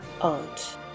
...aunt